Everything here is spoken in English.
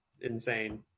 insane